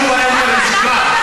שוב אני אומר: היא שיקרה.